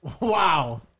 Wow